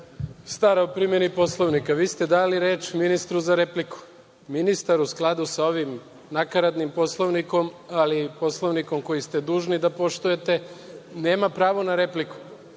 stara o primeni Poslovnika, vi ste dali reč ministru za repliku. Ministar u skladu sa ovim nakaradnim Poslovnikom, ali i Poslovnikom koji ste dužni da poštujete, nema pravo na repliku.